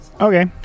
Okay